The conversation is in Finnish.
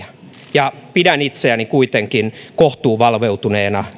ja pidän itseäni kuitenkin kohtuuvalveutuneena